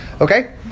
Okay